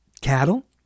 cattle